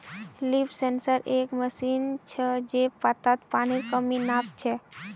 leaf sensor एक machine छ जे पत्तात पानीर कमी नाप छ